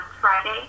Friday